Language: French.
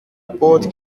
porte